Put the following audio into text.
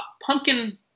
Pumpkin